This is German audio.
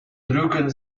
drücken